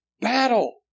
battle